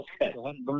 Okay